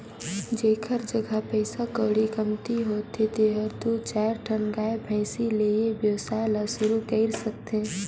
जेखर जघा पइसा कउड़ी कमती होथे तेहर दू चायर ठन गाय, भइसी ले ए वेवसाय ल सुरु कईर सकथे